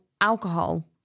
alcohol